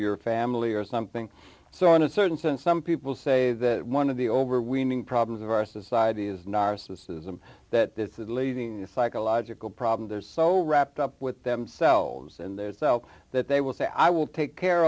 your family or something so in a certain sense some people say that one of the overweening problems of our society is narcissism that this is leaving a psychological problem there's so wrapped up with themselves and there's so that they will say i will take care